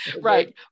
right